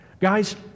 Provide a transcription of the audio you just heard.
Guys